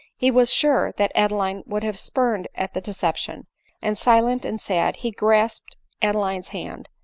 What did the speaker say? he was sure that adeline would have spurned at the deception and silent and sad he grasped adeline's hand,